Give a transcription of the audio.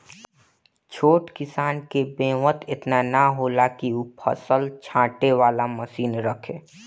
छोट किसान के बेंवत एतना ना होला कि उ फसिल छाँटे वाला मशीन रखे